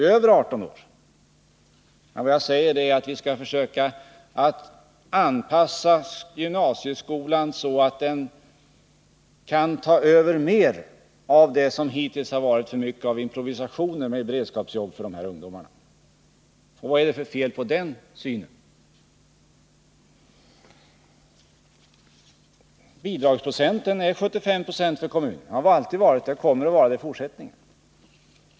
Det jag säger är att vi skall försöka anpassa gymnasieskolan så att den kan ta över mer av det som hittills varit för mycket av improvisationer med beredskapsjobb för de här ungdomarna. Vad är det för fel på den synen? Bidragsprocenten är 75 för kommunerna. Det har den alltid varit och kommer att vara i fortsättningen.